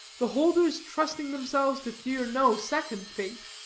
the holders trusting themselves to fear no second fate.